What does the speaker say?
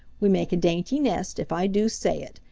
we make a dainty nest, if i do say it,